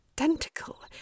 identical